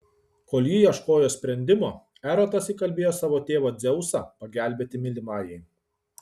kol ji ieškojo sprendimo erotas įkalbėjo savo tėvą dzeusą pagelbėti mylimajai